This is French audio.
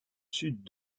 sud